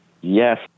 Yes